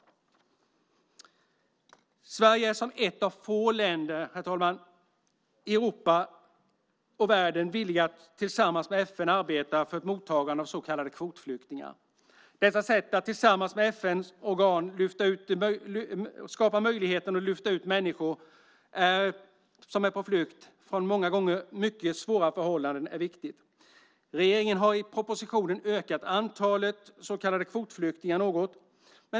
Sverige är ett av få länder i Europa och världen som är villiga att tillsammans med FN arbeta med mottagande av så kallade kvotflyktingar. Detta sätt att tillsammans med FN-organ skapa möjlighet att lyfta ut människor som är på flykt från många gånger mycket svåra förhållanden är viktigt. Regeringen har i propositionen ökat antalet så kallade kvotflyktingar något.